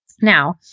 Now